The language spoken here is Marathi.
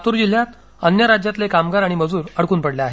लातूर जिल्ह्यात अन्य राज्यातील कामगार आणि मजूर अडकून पडले आहेत